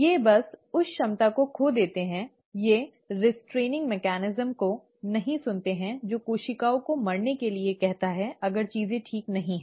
ये बस उस क्षमता को खो देते हैं ये रिस्ट्रेन मेकनिज़म को नहीं सुनते हैं जो कोशिकाओं को मरने के लिए कहता है अगर चीजें ठीक नहीं हैं